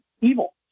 evil